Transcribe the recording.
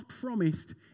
promised